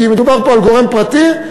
כי מדובר פה בגורם פרטי,